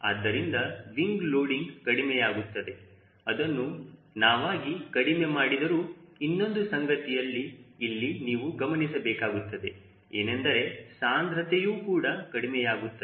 ಆದ್ದರಿಂದ wing loading ಕಡಿಮೆಯಾಗುತ್ತದೆ ಅದನ್ನು ನಾವಾಗಿ ಕಡಿಮೆ ಮಾಡಿದರು ಇನ್ನೊಂದು ಸಂಗತಿಯನ್ನು ಇಲ್ಲಿ ನೀವು ಗಮನಿಸಬೇಕಾಗುತ್ತದೆ ಏನೆಂದರೆ ಸಾಂದ್ರತೆಯು ಕೂಡ ಕಡಿಮೆಯಾಗುತ್ತದೆ